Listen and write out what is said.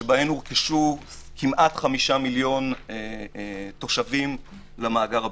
שבהן הורכשו כמעט 5 מיליון תושבים למאגר הביומטרי.